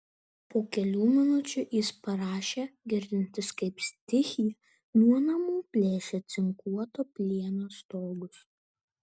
po kelių minučių jis parašė girdintis kaip stichija nuo namų plėšia cinkuoto plieno stogus